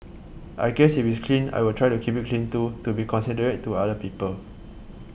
I guess if it's clean I will try to keep it clean too to be considerate to other people